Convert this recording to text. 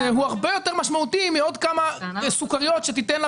זה הרבה יותר משמעותי מעוד כמה סוכריות שתיתן לה